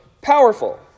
powerful